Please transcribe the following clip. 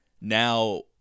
now